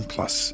Plus